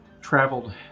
traveled